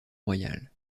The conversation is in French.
royal